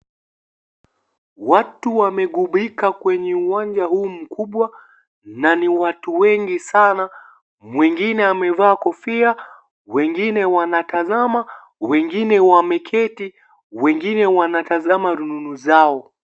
Watu wamegubika kwenye uwanja huu mkubwa na ni watu wengi sana. Mwingine amevaa kofia. Wengine wanatazama, wengine wameketi, wengine wanatazama rununu zao.